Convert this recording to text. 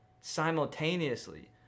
simultaneously